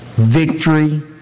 Victory